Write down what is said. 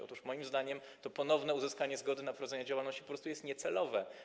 Otóż moim zdaniem ponowne uzyskanie zgody na prowadzenie działalności po prostu jest niecelowe.